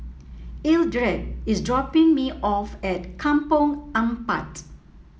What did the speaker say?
Eldred is dropping me off at Kampong Ampat